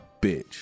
Bitch